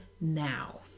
now